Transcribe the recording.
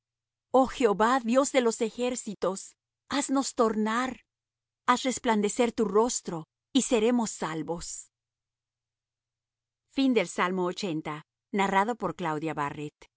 oh jehová dios de los ejércitos haznos tornar haz resplandecer tu rostro y seremos salvos